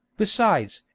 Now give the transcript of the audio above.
besides,